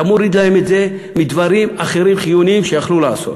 אתה מוריד להם את זה מדברים אחרים חיוניים שהיו יכולים לעשות.